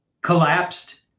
collapsed